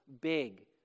big